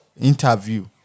interview